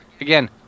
again